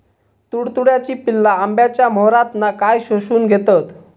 तुडतुड्याची पिल्ला आंब्याच्या मोहरातना काय शोशून घेतत?